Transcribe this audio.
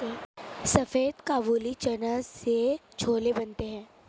सफेद काबुली चना से छोले बनते हैं